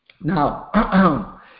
Now